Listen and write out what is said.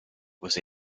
was